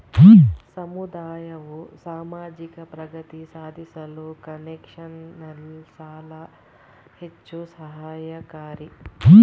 ಸಮುದಾಯವು ಸಾಮಾಜಿಕ ಪ್ರಗತಿ ಸಾಧಿಸಲು ಕನ್ಸೆಷನಲ್ ಸಾಲ ಹೆಚ್ಚು ಸಹಾಯಕಾರಿ